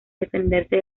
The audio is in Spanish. defenderse